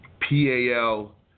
PAL